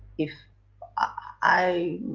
if i,